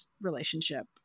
relationship